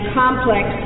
complex